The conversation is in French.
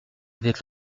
avec